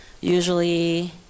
Usually